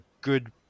good